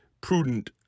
prudent